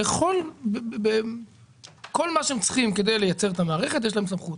לומר שבכל מה שהם צריכים כדי לייצר את המערכת יש להם סמכות?